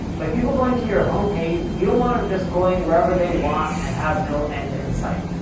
by people going to your home page, you don't want them just going wherever they want and have no end in site.